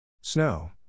Snow